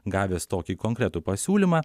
gavęs tokį konkretų pasiūlymą